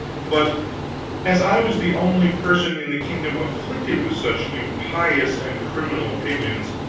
but as i was the only person in the kingdom afflicted with such impious and criminal opinions,